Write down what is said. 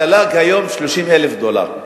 התל"ג היום 30,000 דולר.